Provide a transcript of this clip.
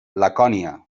lacònia